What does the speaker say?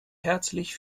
herzlich